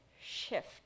shift